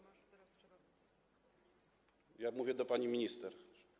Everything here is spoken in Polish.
Mówię do pani minister.